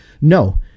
no